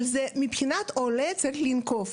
אבל מבחינת עולה צריך לנקוב.